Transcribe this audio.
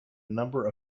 number